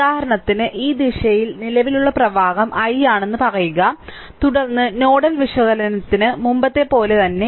ഉദാഹരണത്തിന് ഈ ദിശയിൽ നിലവിലുള്ള പ്രവാഹം i ആണെന്ന് പറയുക തുടർന്ന് നോഡൽ വിശകലനത്തിന് മുമ്പത്തെപ്പോലെ തന്നെ